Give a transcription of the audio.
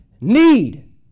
need